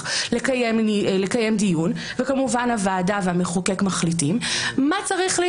אבל האם הצדק נמצא